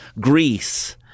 Greece